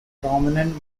prominent